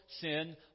sin